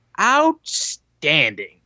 outstanding